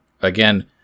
again